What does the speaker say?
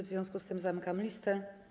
W związku z tym zamykam listę.